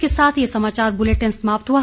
इसी के साथ ये समाचार बुलेटिन समाप्त हुआ